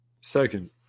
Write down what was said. Second